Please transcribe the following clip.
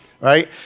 right